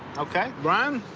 okay? brian,